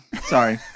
sorry